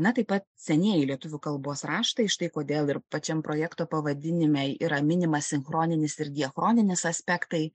na taip pat senieji lietuvių kalbos raštai štai kodėl ir pačiam projekto pavadinime yra minimas sinchroninis ir diachroninis aspektai